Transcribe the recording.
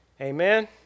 Amen